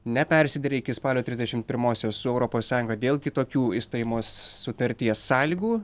nepersideri iki spalio trisdešim pirmosios su europos sąjunga dėl kitokių išstojimo sutarties sąlygų